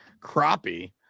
crappie